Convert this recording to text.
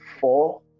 four